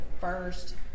first